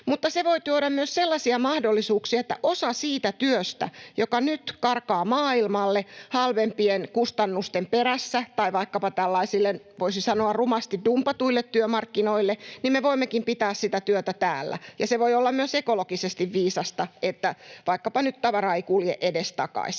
Mutta se voi tuoda myös sellaisia mahdollisuuksia, että osan siitä työstä, joka nyt karkaa maailmalle halvempien kustannusten perässä tai vaikkapa tällaisille, voisi sanoa rumasti, dumpatuille työmarkkinoille, me voimmekin pitää täällä. Ja se voi olla myös ekologisesti viisasta, että vaikkapa nyt tavara ei kulje edestakaisin.